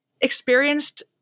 experienced